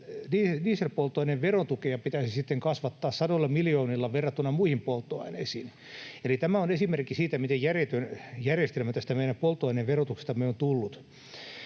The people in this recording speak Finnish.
dieselpolttoaineen verotukea pitäisi sitten kasvattaa sadoilla miljoonilla verrattuna muihin polttoaineisiin. Eli tämä on esimerkki siitä, miten järjetön järjestelmä tästä meidän polttoaineverotuksestamme on tullut.